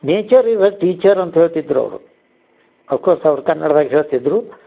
nature is a teacher ಅಂತ ಹೇಳ್ತಿದ್ರು ಅವರು ಅಫ್ಕೋಸ್ ಅವ್ರು ಕನ್ನಡ್ದಾಗ ಹೇಳ್ತಿದ್ದರು